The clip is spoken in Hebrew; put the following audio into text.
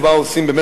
מה עושים,